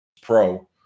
pro